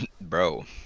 Bro